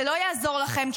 זה לא יעזור לכם,